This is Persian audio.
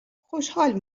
خوشحال